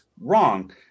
wrong